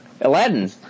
Aladdin